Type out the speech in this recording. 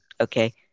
Okay